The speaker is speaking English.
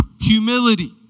Humility